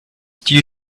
due